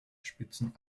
spitzen